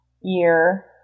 year